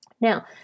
Now